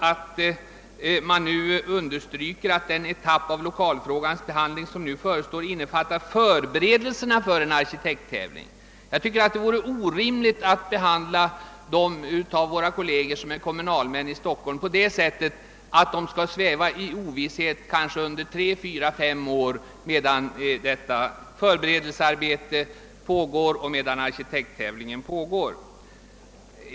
Utskottet understryker att den etapp av lokalfrågans behandling som nu förestår innefattar förberedelserna för en arkitekttävling. Jag tycker att det vore orimligt att behandla dem av våra kolleger som är kommunalmän i Stockholm på det sättet, att de skall behöva sväva i ovisshet under kanske tre, fyra, fem år, medan först detta förberedelsearbete och sedan arkitekttävlingen pågår.